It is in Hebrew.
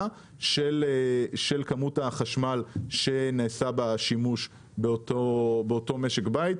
של כמות החשמל בו נעשה שימוש באותו משק בית.